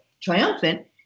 triumphant